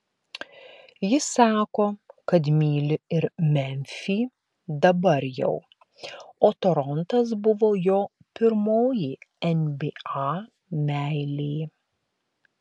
jis sako kad myli ir memfį dabar jau o torontas buvo jo pirmoji nba meilė